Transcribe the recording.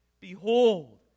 Behold